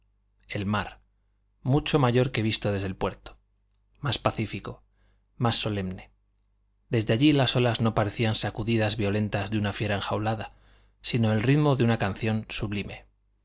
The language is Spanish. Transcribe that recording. el mar mucho mayor que visto desde el puerto más pacífico más solemne desde allí las olas no parecían sacudidas violentas de una fiera enjaulada sino el ritmo de una canción sublime